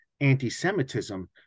anti-Semitism